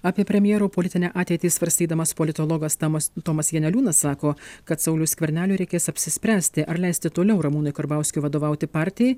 apie premjero politinę ateitį svarstydamas politologas tamas tomas janeliūnas sako kad sauliui skverneliui reikės apsispręsti ar leisti toliau ramūnui karbauskiui vadovauti partijai